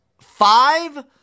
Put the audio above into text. five